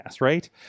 right